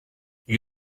gli